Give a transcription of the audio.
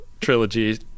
trilogy